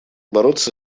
бороться